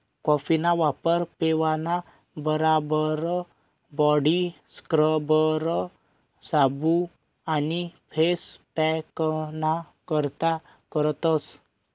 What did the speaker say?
कॉफीना वापर पेवाना बराबर बॉडी स्क्रबर, साबू आणि फेस पॅकना करता करतस